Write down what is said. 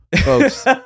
Folks